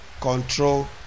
control